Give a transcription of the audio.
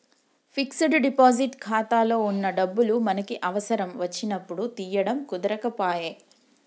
fixed deposit ఖాతాలో వున్న డబ్బులు మనకి అవసరం వచ్చినప్పుడు తీయడం కుదరకపాయె